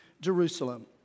Jerusalem